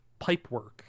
pipework